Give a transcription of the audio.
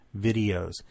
videos